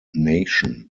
nation